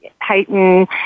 heighten